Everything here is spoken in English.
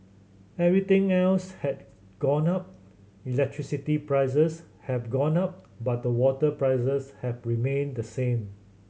everything else has gone up electricity prices have gone up but the water prices have remained the same